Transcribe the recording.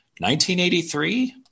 1983